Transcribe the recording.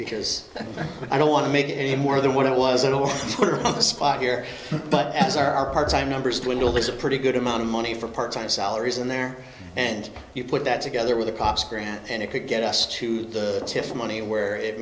because i don't want to make it any more than what i was at all on the spot here but as are part time numbers dwindle is a pretty good amount of money for part time salaries in there and you put that together with the cops grant and it could get us to the testimony where it